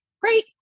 great